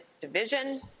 division